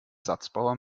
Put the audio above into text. satzbauer